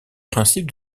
principe